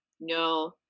No